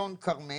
שון כרמלי',